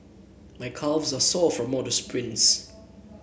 my calves are sore from all the sprints